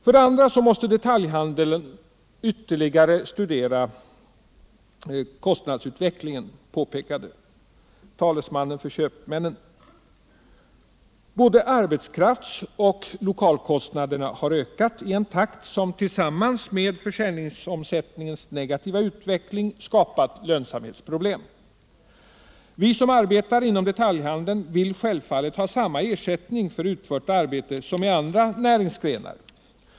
Vidare måste detaljhandeln ytterligare studera kostnadsutvecklingen, påpekade talesmannen för köpmännen. Både arbetskrafts och lokalkostnaderna har ökat i en takt som tillsammans med försäljningsomsättningens negativa utveckling har skapat lönsamhetsproblem. De som arbetar inom detaljhandeln vill självfallet ha samma ersättning för utfört arbete som man får i andra näringsgrenar.